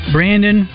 Brandon